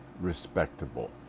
Respectable